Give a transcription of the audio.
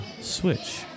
Switch